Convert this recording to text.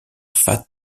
fat